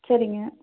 சரிங்க